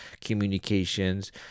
communications